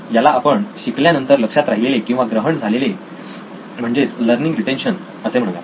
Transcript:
याला आपण शिकल्यानंतर लक्षात राहिलेले किंवा ग्रहण झालेले म्हणजेच लर्निंग रिटेन्शन असे म्हणूयात